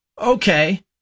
okay